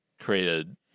created